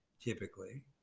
typically